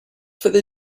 fyddi